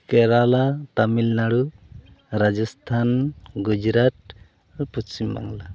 ᱠᱮᱨᱟᱞᱟ ᱛᱟᱢᱤᱞ ᱱᱟᱲᱩ ᱨᱟᱡᱚᱥᱛᱷᱟᱱ ᱜᱩᱡᱽᱨᱟᱴ ᱟᱨ ᱯᱚᱪᱷᱤᱢ ᱵᱟᱝᱞᱟ